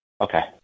Okay